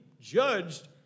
judged